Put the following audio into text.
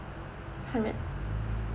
hundred